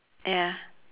ya